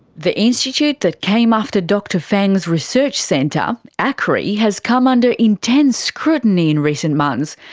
the institute that came after dr feng's research centre acri has come under intense scrutiny in recent months,